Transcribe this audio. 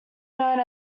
known